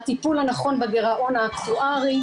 הטיפול הנכון בגרעון האקטוארי